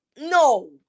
No